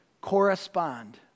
correspond